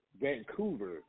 Vancouver